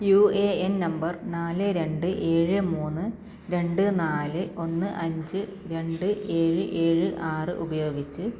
U A N number നാല് രണ്ട് ഏഴ് മൂന്ന് രണ്ട് നാല് ഒന്ന് അഞ്ച് രണ്ട് ഏഴ് ഏഴ് ആറ് ഉപയോഗിച്ച്